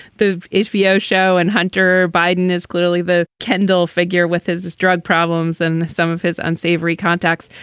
the hbo show and hunter biden is clearly the kendall figure with his drug problems and some of his unsavory contacts.